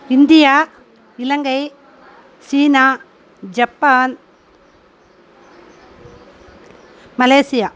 India Ilangai China Japan Malaysia